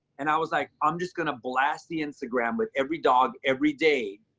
and i was like, i'm just going to blast the instagram with every dog every day.